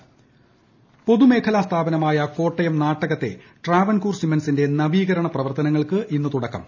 Kottayam cements intro പൊതുമേഖലാ സ്ഥാപനമായ കോട്ടയം നാട്ടകത്തെ ട്രാവൻകൂർ സിമന്റ്സിന്റെ നവീകരണ പ്രവർത്തനങ്ങൾക്ക് ഇന്ന് തുടക്കം